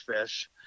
fish